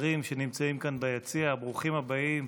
החברים שנמצאים כאן ביציע: ברוכים הבאים.